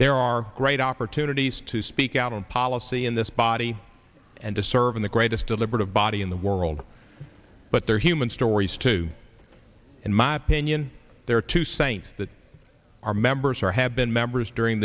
there are great opportunities to speak out on policy in this body and to serve in the greatest deliberative body in the world but there are human stories too in my opinion there are two saints that are members or have been members during